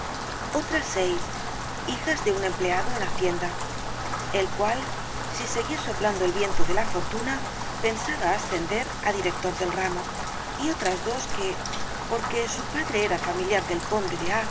otras seis hijas de un empleado en hacienda el cual si seguía soplando el viento de la fortuna pensaba ascender á director del ramo y otras dos que porque su padre era familiar del conde de a